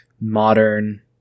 modern